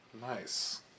Nice